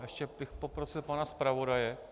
Ještě bych poprosil pana zpravodaje.